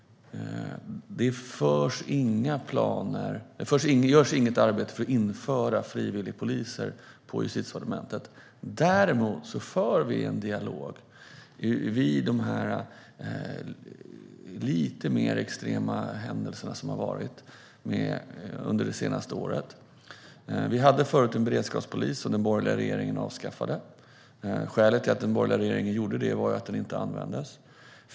Det görs inget arbete på Justitiedepartementet för att införa frivilligpoliser. Däremot för vi en dialog vid de lite mer extrema händelser som har inträffat under det senaste året. Vi hade förut en beredskapspolis, som den borgerliga regeringen avskaffade. Skälet till att den borgerliga regeringen gjorde det var att den inte användes.